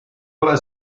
ole